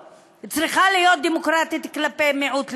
צריכה להיות קודם כול דמוקרטית כלפי מיעוט לאומי,